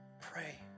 pray